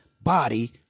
body